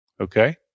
Okay